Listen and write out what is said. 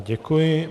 Děkuji.